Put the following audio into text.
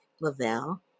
Lavelle